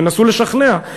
תנסו לשכנע,